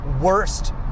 worst